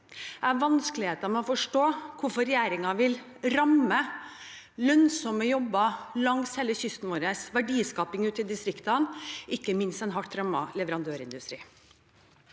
Jeg har vanskeligheter med å forstå hvorfor regjeringen vil ramme lønnsomme jobber langs hele kysten vår, verdiskaping ute i distriktene, ikke minst en hardt rammet leverandørindustri.